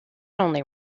only